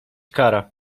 kara